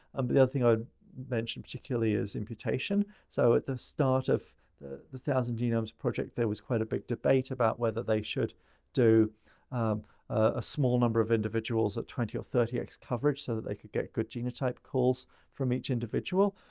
um but yeah the other thing i'd mentioned particularly is imputation. so, at the start of the one thousand genomes project there was quite a big debate about whether they should do a small number of individuals at twenty or thirty x coverage, so that they could get good genotype calls from each individual?